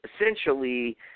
essentially